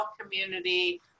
community